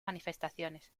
manifestaciones